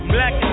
Black